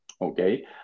Okay